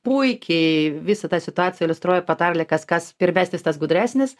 puikiai visa ta situacija iliustruoja patarlę kas kas pirmesnis tas gudresnis